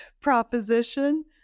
proposition